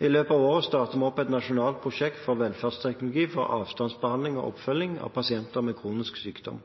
I løpet av året starter vi opp et nasjonalt prosjekt for velferdsteknologi for avstandsbehandling og oppfølging av pasienter med kronisk sykdom.